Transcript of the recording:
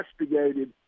investigated